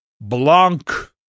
Blanc